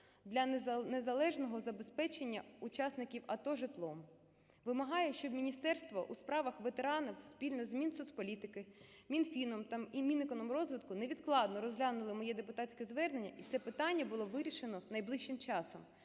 для незалежного забезпечення учасників АТО житлом. Вимагаю, щоб Міністерство у справах ветеранів спільно з Мінсоцполітики, Мінфіном та Мінекономрозвитку невідкладно розглянули моє депутатське звернення і це питання було вирішено найближчим часом.